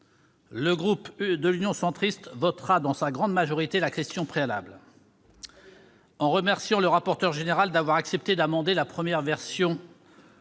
le groupe Union Centriste votera dans sa grande majorité la question préalable. Très bien ! Nous remercions le rapporteur général d'avoir accepté d'amender la première version de son